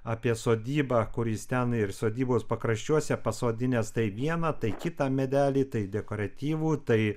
apie sodybą kur jis ten ir sodybos pakraščiuose pasodinęs tai vieną tai kitą medelį tai dekoratyvų tai